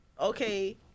okay